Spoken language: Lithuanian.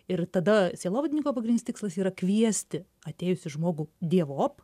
ir tada sielovadininko pagrindinis tikslas yra kviesti atėjusį žmogų dievop